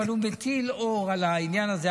אבל הוא מטיל אור על העניין הזה.